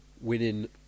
winning